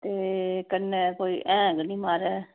ते कन्नै कोई हैंग नी मारै